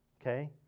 okay